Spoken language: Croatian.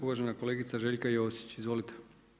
Uvažena kolegica Željka Josić Izvolite.